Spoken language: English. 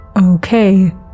okay